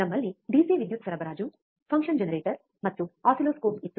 ನಮ್ಮಲ್ಲಿ ಡಿಸಿ ವಿದ್ಯುತ್ ಸರಬರಾಜು ಫಂಕ್ಷನ್ ಜನರೇಟರ್ ಮತ್ತು ಆಸಿಲ್ಲೋಸ್ಕೋಪ್ ಇತ್ತು